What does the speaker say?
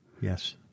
Yes